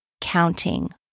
counting